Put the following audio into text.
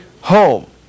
home